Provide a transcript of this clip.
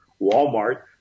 Walmart